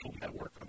network